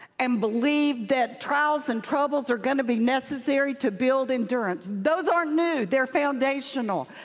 and believe that trials and troubles are going to be necessary to build endurance. those aren't new. they're foundational,